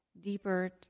deeper